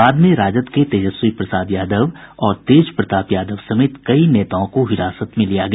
बाद में राजद के तेजस्वी प्रसाद यादव और तेज प्रताप यादव समेत कई नेताओं को हिरासत में लिया गया